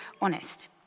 honest